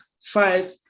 five